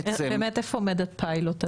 בעצם --- איפה עומד הפיילוט הזה?